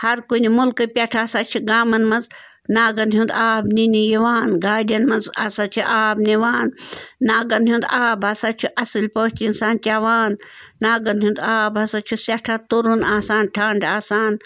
ہَر کُنہِ مُلکہٕ پٮ۪ٹھ ہَسا چھِ گامَن مَنٛز ناگَن ہُنٛد آب نِنہِ یِوان گاڑٮ۪ن منٛز ہَسا چھِ آب نِوان ناگَن ہُنٛد آب ہَسا چھُ اَصٕل پٲٹھۍ اِنسان چٮ۪وان ناگَن ہُنٛد آب ہَسا چھُ سٮ۪ٹھاہ تُرُن آسان ٹھَنٛڈٕ آسان